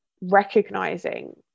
recognizing